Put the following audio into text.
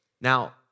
Now